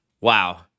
Wow